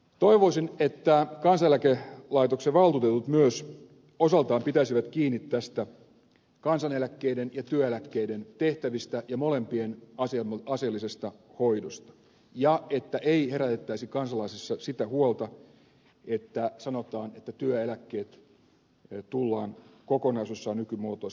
toivoisin että kansaneläkelaitoksen valtuutetut myös osaltaan pitäisivät kiinni tästä kansaneläkkeiden ja työeläkkeiden tehtävistä ja molempien asiallisesta hoidosta ja että ei herätettäisi kansalaisissa sitä huolta että sanotaan että työeläkkeet tullaan kokonaisuudessaan nykymuotoisena poistamaan